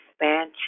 expansion